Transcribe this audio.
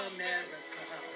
America